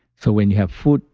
so, when you have food,